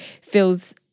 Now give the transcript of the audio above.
feels